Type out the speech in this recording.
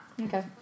Okay